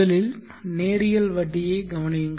முதலில் நேரியல் வட்டியைக் கவனியுங்கள்